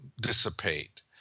dissipate